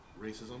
racism